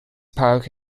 park